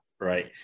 Right